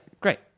great